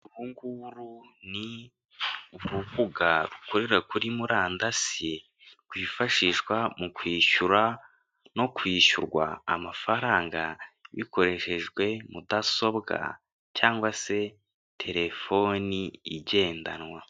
Uru nguru ni urubuga rukorera kuri murandasi, rwifashishwa mu kwishyura no kwishyurwa amafaranga bikoreshejwe mudasobwa cyangwa se terefone igendanwa,